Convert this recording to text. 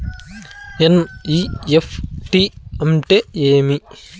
NEFT అంటే ఏమి